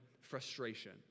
frustration